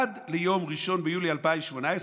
עד ליום 1 ביולי 2018,